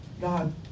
God